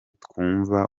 twumva